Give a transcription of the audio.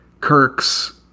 Kirk's